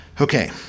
Okay